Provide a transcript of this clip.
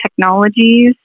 Technologies